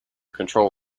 control